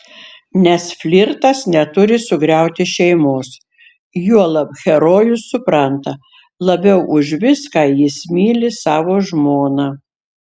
nes flirtas neturi sugriauti šeimos juolab herojus supranta labiau už viską jis myli savo žmoną